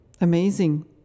Amazing